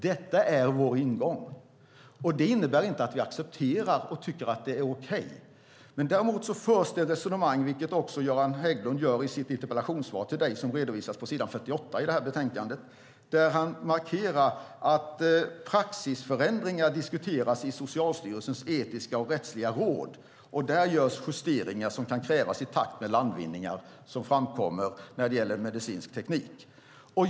Detta är vår ingång. Det innebär inte att vi accepterar detta och tycker att det är okej. Däremot förs det ett resonemang om detta, vilket också Göran Hägglund gör i sitt interpellationssvar till dig som redovisas på s. 48 i det här betänkandet. Där markerar han att praxisförändringar diskuteras i Socialstyrelsens etiska och rättsliga råd. Där görs de justeringar som kan krävas i takt med de landvinningar som framkommer när det gäller medicinsk teknik.